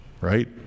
right